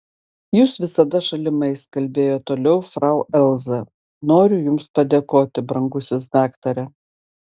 jūs visada šalimais kalbėjo toliau frau elza noriu jums padėkoti brangusis daktare